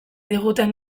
diguten